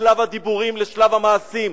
משלב הדיבורים לשלב המעשים.